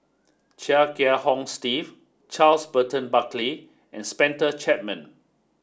Chia Kiah Hong Steve Charles Burton Buckley and Spencer Chapman